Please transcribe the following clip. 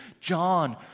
John